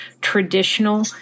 traditional